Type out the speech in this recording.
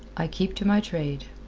i keep to my trade.